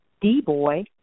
D-Boy